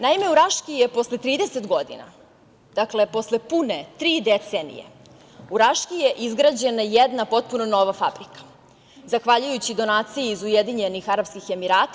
Naime, u Raški je posle 30 godine, dakle posle pune tri decenije, u Raški je izgrađena jedna potpuno nova fabrika zahvaljujući donaciji iz Ujedinjenih Arapskih Emirata.